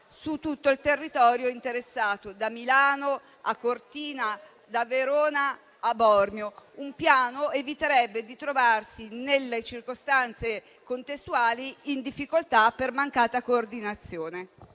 su tutto il territorio interessato, da Milano a Cortina, da Verona a Bormio. Un piano eviterebbe di trovarsi nelle circostanze contestuali in difficoltà per mancata coordinazione.